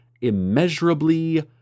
immeasurably